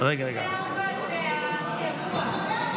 לא נצביע על הסתייגות 24, הייעוץ המשפטי אומר